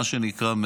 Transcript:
מה שנקרא,